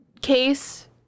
case